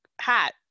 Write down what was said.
hat